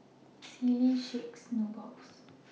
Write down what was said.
Sealy Schick and Nubox